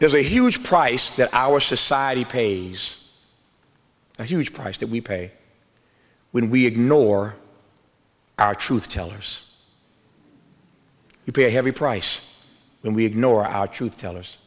there's a huge price that our society pays a huge price that we pay when we ignore our truth tellers you pay a heavy price when we ignore our truth tellers